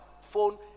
phone